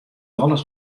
alles